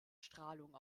strahlung